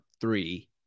three